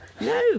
No